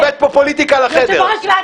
הבאת פופוליטיקה לדרך.